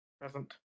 Present